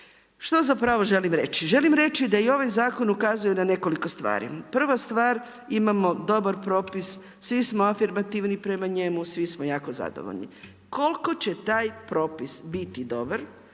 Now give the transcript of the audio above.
Što zapravo želim reći? želim reći da i ovaj zakon ukazuje na nekoliko stvari. Prva stvar, imamo dobar propis, svi smo afirmativni prema njima, svi smo jako zadovoljni. Koliko će taj propis biti dobar,